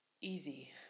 easy